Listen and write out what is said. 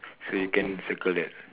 so you can circle that